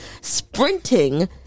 sprinting